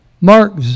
Mark